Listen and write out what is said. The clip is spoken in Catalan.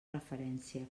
referència